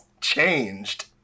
changed